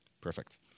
Perfect